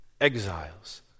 exiles